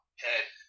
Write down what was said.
Head